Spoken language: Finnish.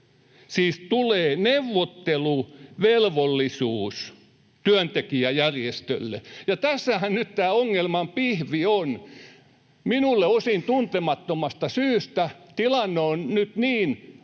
Siis tulee neuvotteluvelvollisuus työntekijäjärjestölle, ja tässähän nyt tämä ongelman pihvi on. Minulle osin tuntemattomasta syystä tilanne on nyt niin hankala